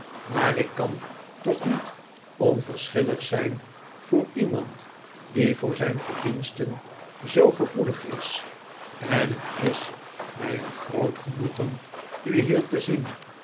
maar ik kan toch niet onverschillig zijn voor iemand die voor zijn verdiensten zoo gevoelig is en het is mij een groot genoegen u hier te zien